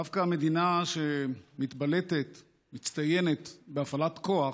דווקא המדינה שמתבלטת, מצטיינת, בהפעלת כוח,